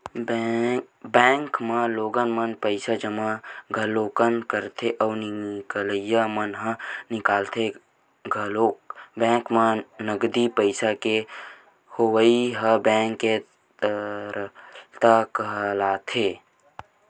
bank म लोगन मन पइसा जमा घलोक करथे अउ निकलइया मन ह निकालथे घलोक बेंक म नगदी पइसा के होवई ह बेंक के तरलता कहलाथे